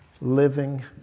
living